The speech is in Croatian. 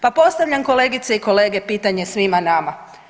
Pa postavljam kolegice i kolege pitanje svima nama.